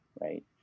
right